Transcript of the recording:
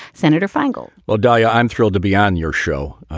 senator feingold well, dahlia, i'm thrilled to be on your show.